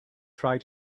try